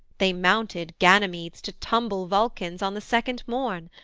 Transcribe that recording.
they mounted, ganymedes, to tumble, vulcans, on the second morn.